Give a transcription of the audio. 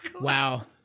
Wow